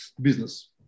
business